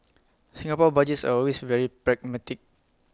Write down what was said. Singapore Budgets are always very pragmatic